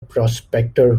prospector